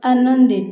ଆନନ୍ଦିତ